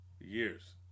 years